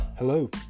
Hello